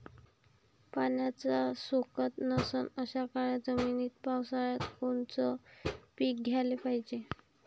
पाण्याचा सोकत नसन अशा काळ्या जमिनीत पावसाळ्यात कोनचं पीक घ्याले पायजे?